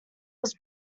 was